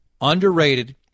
underrated